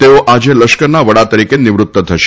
તેઓ આજે લશ્કરના વડા તરીકે નિવૃત્ત થશે